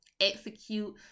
Execute